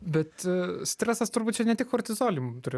bet stresas turbūt čia ne tik kortizolį turi